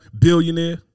Billionaire